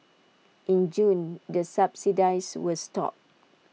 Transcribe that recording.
in June the subsidies were stopped